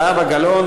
זהבה גלאון,